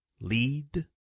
Lead